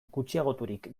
gutxiagoturik